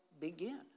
begin